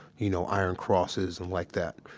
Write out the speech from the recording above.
you know, iron crosses and like that.